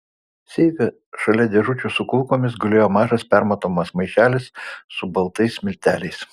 seife šalia dėžučių su kulkomis gulėjo mažas permatomas maišelis su baltais milteliais